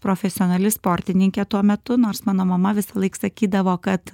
profesionali sportininkė tuo metu nors mano mama visąlaik sakydavo kad